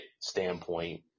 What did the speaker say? standpoint